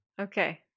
Okay